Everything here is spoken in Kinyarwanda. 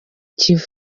kivu